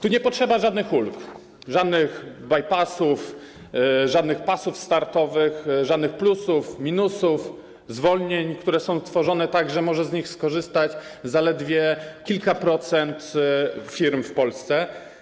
Tu nie potrzeba żadnych ulg, żadnych by-passów, żadnych pasów startowych, żadnych plusów, minusów, zwolnień, które są tworzone tak, że może z nich skorzystać zaledwie kilka procent firm w Polsce.